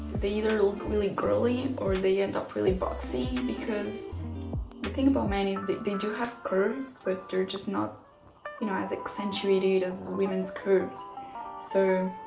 they either look really girly or they end up really boxy because the thing about men is they do have curves but they're just not you know as accentuated as women's curves so,